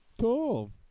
Cool